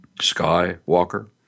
Skywalker